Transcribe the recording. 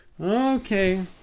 Okay